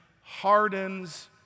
hardens